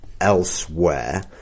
elsewhere